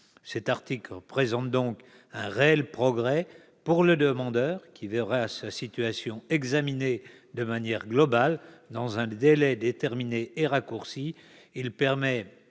Cet article constitue donc un réel progrès pour le demandeur, qui verra sa situation examinée de manière globale, dans un délai déterminé. Il permet